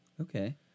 Okay